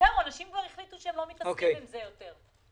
אנשים החליטו כבר לא להתעסק עם זה יותר.